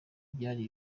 byari